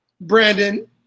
Brandon